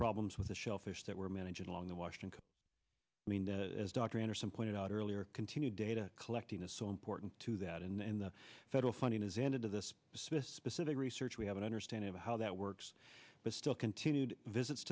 problems with the shellfish that we're managing along the washington i mean that as dr anderson pointed out earlier continued data collecting is so important to that and the federal funding has ended to this specific research we have an understanding of how that works but still continued visits